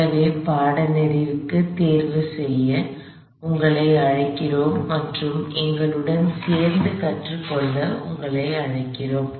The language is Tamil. எனவே பாடநெறிக்கு பதிவு செய்ய உங்களை அழைக்கிறோம் மற்றும் எங்களுடன் சேர்ந்து கற்றுக்கொள்ள உங்களை அழைக்கிறோம்